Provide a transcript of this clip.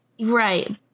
right